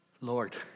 Lord